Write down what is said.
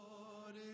Lord